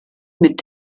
mit